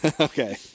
Okay